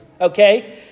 okay